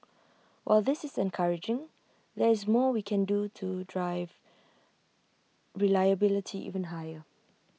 while this is encouraging there is more we can do to drive reliability even higher